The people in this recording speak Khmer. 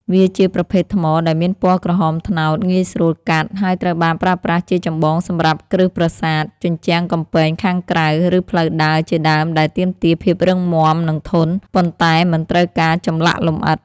វាជាប្រភេទថ្មដែលមានពណ៌ក្រហមត្នោត ងាយស្រួលកាត់ ហើយត្រូវបានប្រើប្រាស់ជាចម្បងសម្រាប់ គ្រឹះប្រាសាទ ជញ្ជាំងកំពែងខាងក្រៅ ឬផ្លូវដើរ ជាដើម ដែលទាមទារភាពរឹងមាំ និងធន់ ប៉ុន្តែមិនត្រូវការចម្លាក់លម្អិត។